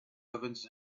ovens